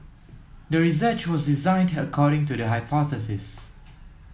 the research was designed according to the hypothesis